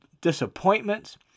disappointments